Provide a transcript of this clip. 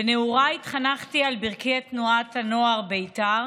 בנעוריי התחנכתי על ברכי תנועת הנוער בית"ר